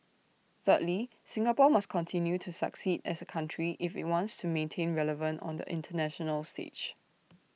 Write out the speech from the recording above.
thirdly Singapore must continue to succeed as A country if IT wants to remain relevant on the International stage